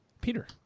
Peter